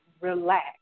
relax